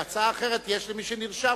הצעה אחרת יש למי שנרשם,